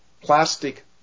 plastic